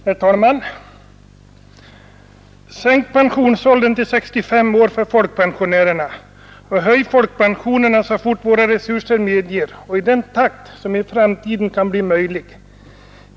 Herr talman! ”Sänk pensionsåldern till 65 år för folkpensionärerna och höj folkpensionerna så fort våra resurser medger och i den takt som i framtiden kan bli möjlig.